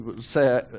say